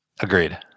Agreed